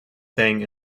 thing